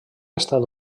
estat